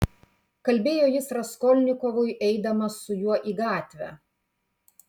kalbėjo jis raskolnikovui eidamas su juo į gatvę